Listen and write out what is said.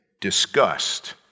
disgust